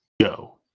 go